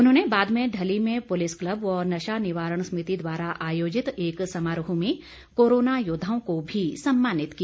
उन्होंने बाद में ढली में पुलिस क्लब व नशा निवारण समिति द्वारा आयोजित एक समारोह में कोरोना योद्वाओं को भी सम्मानित किया